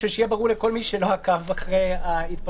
בשביל שיהיה ברור לכל מי שלא עקב אחרי ההתפתחויות.